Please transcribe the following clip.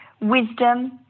wisdom